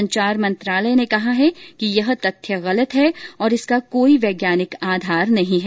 संचार मंत्रालय ने कहा कि यह तथ्य गलत है और इसका कोई वैज्ञानिक आधार नहीं है